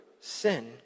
sin